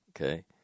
Okay